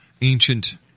ancient